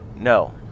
no